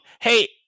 Hey